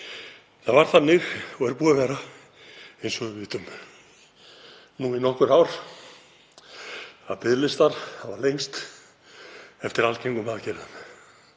Það var þannig og er búið að vera, eins og við vitum, í nokkur ár að biðlistar hafa lengst eftir algengum aðgerðum